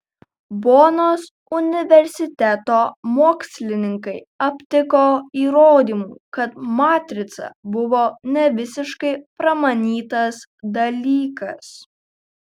bonos universiteto mokslininkai aptiko įrodymų kad matrica buvo ne visiškai pramanytas dalykas